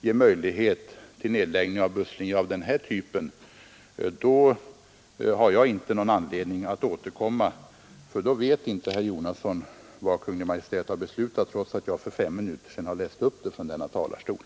ge möjlighet till nedläggning av busslinjer av den här typen, då har jag inte någon anledning att återkomma, för i så fall vet inte herr Jonasson vad som har beslutats trots att jag för fem minuter sedan läste upp det från denna talarstol.